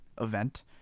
event